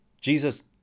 Jesus